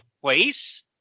place